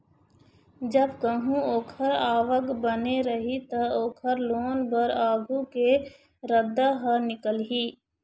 जब कहूँ ओखर आवक बने रही त, ओखर लोन बर आघु के रद्दा ह निकलही